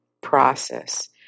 process